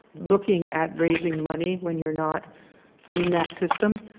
looking at raising money when you are not in that system,